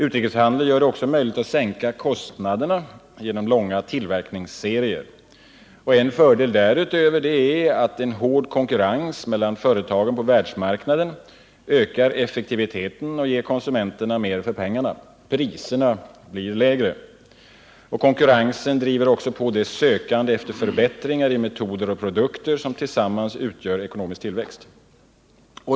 Utrikeshandeln gör det också möjligt att sänka kostnaderna genom långa tillverkningsserier. En fördel därutöver är att hård konkurrens mellan företagen på världsmarknaden ökar effektiviteten och ger konsumenterna mer för pengarna. Priserna blir lägre. Konkurrensen driver också på det sökande efter förbättringar av metoder och produkter som tillsammans utgör ekonomisk tillväxt.